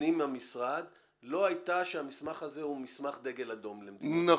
פנים המשרד לא הייתה שהמסמך הזה הוא מסמך דגל אדום למדיניות הישראלית.